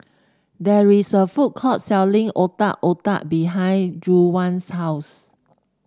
there is a food court selling Otak Otak behind Juwan's house